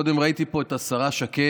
קודם ראיתי פה את השרה שקד,